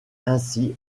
ainsi